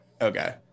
Okay